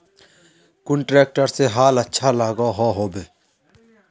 कुन ट्रैक्टर से हाल अच्छा लागोहो होबे?